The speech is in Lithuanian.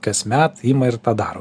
kasmet ima ir tą daro